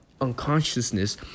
unconsciousness